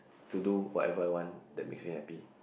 to do whatever I want that be very happy